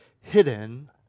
hidden